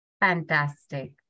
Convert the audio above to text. Fantastic